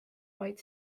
vaid